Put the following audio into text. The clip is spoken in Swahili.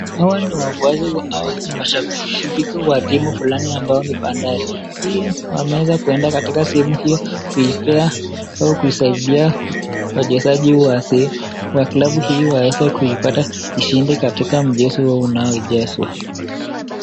Hawa ni wafuasi au hawa ni mashabiki wa timu fulani ambayo ni Bandari. Hii wameweza kuendea katika sehemu hiyo kuipea au kuisaidia wachezaji wazee wa klabu hiyo waweze kuipata ushindi katika mchezo unaochezwa.